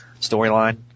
storyline